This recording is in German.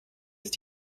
ist